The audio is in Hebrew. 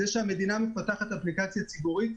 זה שהמדינה מפתחת אפליקציה ציבורית,